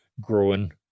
growing